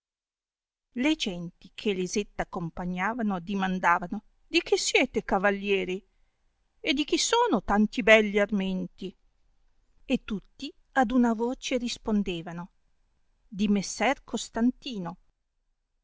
le genti che elisetta accompagnavano addimandavano di chi siete cavallieri e di chi sono tanti belli armenti e tutti ad una voce rispondevano di messer costantino